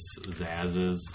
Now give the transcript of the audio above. zazzes